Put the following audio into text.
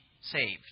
saved